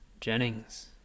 Jennings